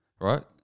right